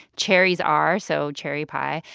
cherries are, so cherry pie.